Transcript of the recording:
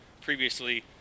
previously